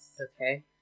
Okay